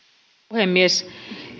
puhemies